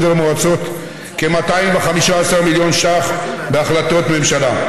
ולמועצות כ-215 מיליון שקלים בהחלטות ממשלה,